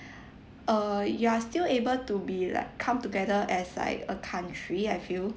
uh you are still able to be like come together as like a country I feel